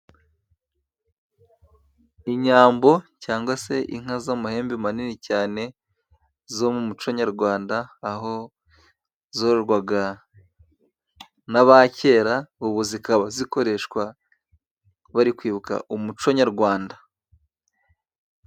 Inyambo cyangwa se inka z'amahembe manini cyane zo mu muco nyarwanda, aho zororwaga n'aba kera, ubu zikaba zikoreshwa bari kwibuka umuco nyarwanda.